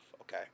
Okay